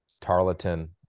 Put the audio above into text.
Tarleton